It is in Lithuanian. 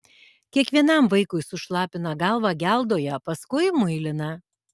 kiekvienam vaikui sušlapina galvą geldoje paskui muilina